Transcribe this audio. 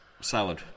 salad